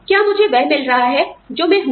क्या मुझे वह मिल रहा है जो मैं हूं